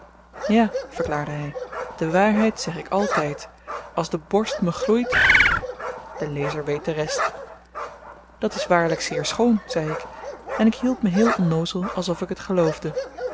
ja verklaarde hy de waarheid zeg ik altyd als de borst me gloeit de lezer weet de rest dat is waarlyk zeer schoon zei ik en ik hield me heel onnoozel alsof ik het geloofde